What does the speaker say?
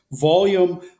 volume